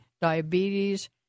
diabetes